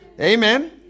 amen